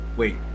wait